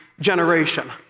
generation